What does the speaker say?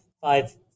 five